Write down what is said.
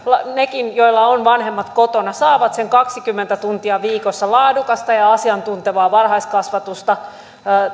nekin joilla on vanhemmat kotona saavat sen kaksikymmentä tuntia viikossa laadukasta ja asiantuntevaa varhaiskasvatusta